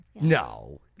No